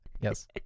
yes